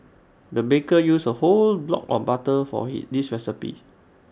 the baker used A whole block of butter for he this recipe